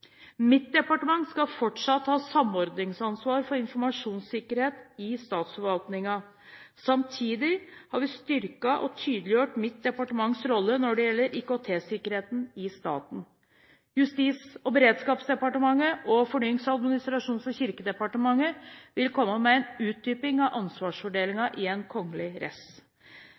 Mitt departement skal fortsatt ha et samordningsansvar for informasjonssikkerhet i statsforvaltningen. Samtidig har vi styrket og tydeliggjort mitt departements rolle når det gjelder IKT-sikkerhet i staten. Justis- og beredskapsdepartementet og Fornyings-, administrasjons- og kirkedepartementet vil komme med en utdypning av ansvarsfordelingen i en kongelig